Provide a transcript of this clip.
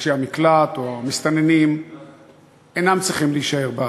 מבקשי המקלט או המסתננים אינם צריכים להישאר בארץ.